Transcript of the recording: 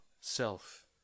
self